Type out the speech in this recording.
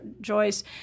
Joyce